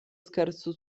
scherzo